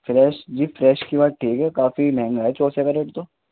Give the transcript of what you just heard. fresh جی fresh کی بات ٹھیک ہے کافی مہنگا ہے چوسے کا ریٹ تو